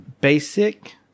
basic